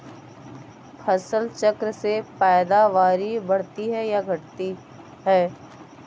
फसल चक्र से पैदावारी बढ़ती है या घटती है?